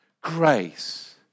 Grace